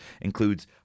includes